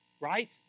Right